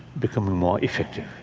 become ah more effective.